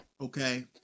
Okay